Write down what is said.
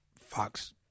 Fox